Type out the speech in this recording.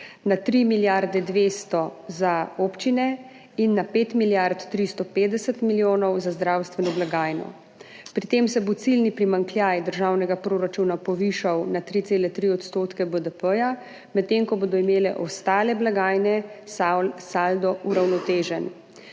na 3 milijarde 200 za občine in na 5 milijard 350 milijonov za zdravstveno blagajno. Pri tem se bo ciljni primanjkljaj državnega proračuna povišal na 3,3 % BDP, medtem ko bodo imele ostale blagajne saldo uravnotežen.